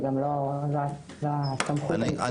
זה גם לא הסמכות --- אני